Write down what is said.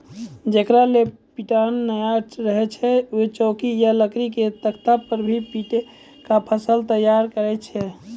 जेकरा लॅ पिटना नाय रहै छै वैं चौकी या लकड़ी के तख्ता पर भी पीटी क फसल तैयार करी लै छै